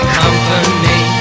company